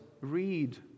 read